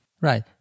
right